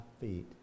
feet